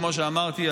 כמו שאמרתי,